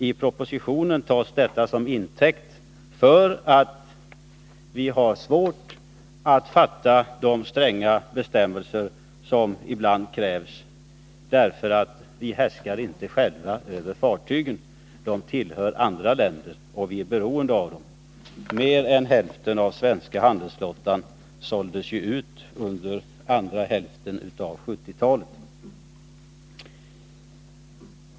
I propositionen tas detta som intäkt för att vi har svårt att införa de stränga bestämmelser som ibland krävs. Vi härskar nämligen inte själva över fartygen. De tillhör andra länder, och vi är beroende av dem. Mer än hälften av svenska handelsflottan såldes ut under senare delen av 1970-talet.